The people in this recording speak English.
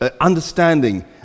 understanding